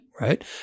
Right